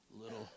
little